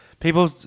People